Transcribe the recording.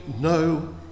no